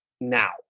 now